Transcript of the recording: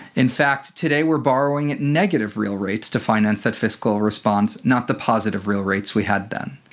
in fact today we are borrowing at negative real rates to finance that fiscal response, not the positive real rates we had then.